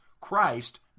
Christ